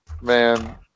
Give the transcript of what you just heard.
man